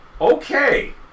okay